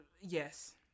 yes